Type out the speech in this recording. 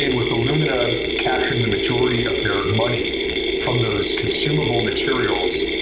with illumina capturing the majority of their money from those consumable materials.